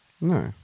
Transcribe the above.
No